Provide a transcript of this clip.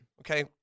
Okay